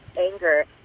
anger